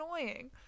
annoying